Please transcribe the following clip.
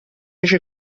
esce